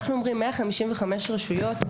אנחנו אומרים 155 רשויות.